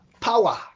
power